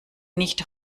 nicht